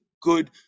good